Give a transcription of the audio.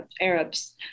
Arabs